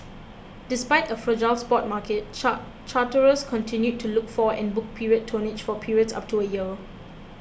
despite a fragile spot market char charterers continued to look for and book period tonnage for periods up to a year